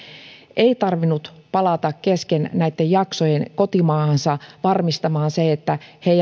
ei tarvinnut palata kesken näitten jaksojen kotimaahansa varmistamaan että he